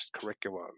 curriculum